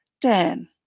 Dan